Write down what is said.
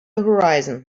horizon